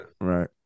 Right